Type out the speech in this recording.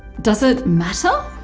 does it matter?